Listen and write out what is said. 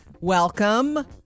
Welcome